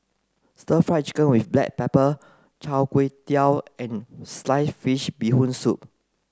stir fried chicken with black pepper Chai Kuay Tow and sliced fish bee hoon soup